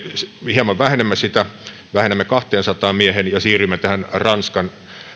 hieman vähennämme vähennämme kahteensataan mieheen ja siirrymme tähän ranskan